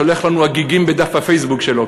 שולח לנו הגיגים בדף הפייסבוק שלו,